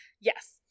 yes